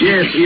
Yes